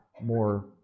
more